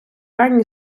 ранні